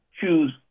choose